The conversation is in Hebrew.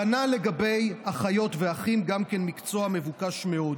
כנ"ל לגבי אחיות ואחים, גם כן מקצוע מבוקש מאוד.